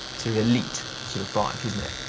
sort of elite sort of bike, isn't it?